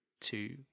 two